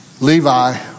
Levi